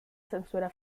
censura